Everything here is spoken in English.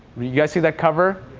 you guys see that cover?